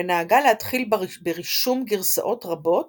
ונהגה להתחיל ברישום גרסאות רבות